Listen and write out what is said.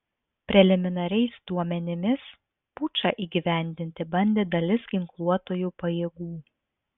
preliminariais duomenimis pučą įgyvendinti bandė dalis ginkluotųjų pajėgų